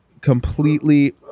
completely